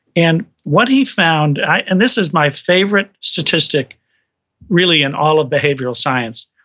and what he found, and this is my favorite statistic really in all of behavioral science,